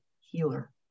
healer